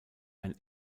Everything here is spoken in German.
ein